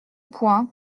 point